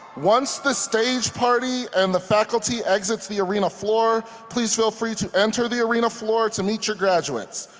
once the stage party and the faculty exits the arena floor, please feel free to enter the arena floor to meet your graduates.